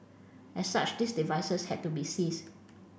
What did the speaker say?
as such these devices had to be seized